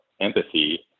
empathy